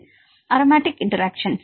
மாணவர் aromatic interaction